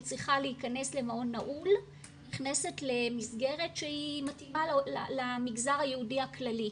שצריכה להיכנס למעון נעול נכנסת למסגרת שהיא מתאימה למגזר היהודי הכללי,